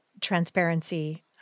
transparency